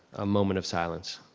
a moment of silence.